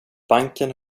banken